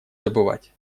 забывать